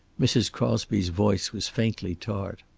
mrs. crosby's voice was faintly tart.